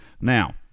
Now